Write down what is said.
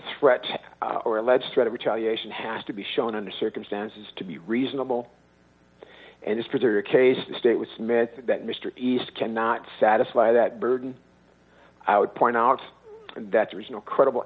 threat or alleged threat of retaliation has to be shown under circumstances to be reasonable and it's perjury case to state with smith that mr east cannot satisfy that burden i would point out that there is no credible